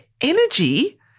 energy